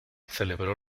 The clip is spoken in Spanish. celebró